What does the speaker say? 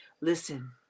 Listen